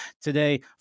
Today